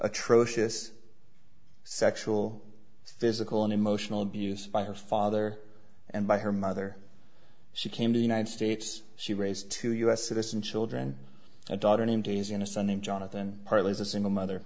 atrocious sexual physical and emotional abuse by her father and by her mother she came to united states she raised two u s citizen children a daughter named daisy and a son named jonathan partly as a single mother